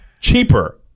cheaper